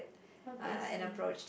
obviously